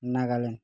Nagaland